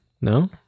No